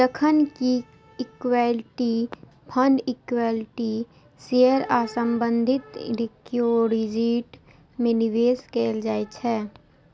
जखन कि equity fund equity share आ संबंधित सिक्योरिटीज मे निवेश कैल जाइ छै